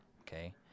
Okay